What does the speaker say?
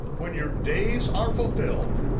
when your days are fulfilled,